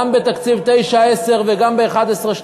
גם בתקציב 2009 2010 וגם ב-2011 2012